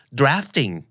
drafting